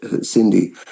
Cindy